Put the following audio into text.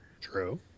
True